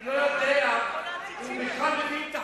ואני לא יודע אם הוא בכלל מבין את החוק.